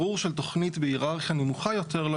ברור שתוכנית בהיררכיה נמוכה יותר לא